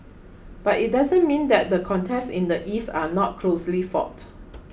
but it doesn't mean that the contests in the East are not closely fought